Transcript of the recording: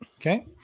okay